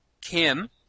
Kim